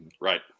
Right